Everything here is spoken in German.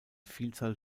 vielzahl